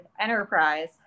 enterprise